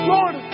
Lord